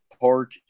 Park